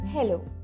Hello